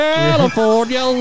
California